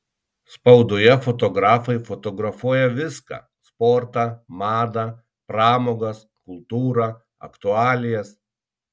spaudoje fotografai fotografuoja viską sportą madą pramogas kultūrą aktualijas